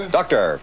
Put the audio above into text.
Doctor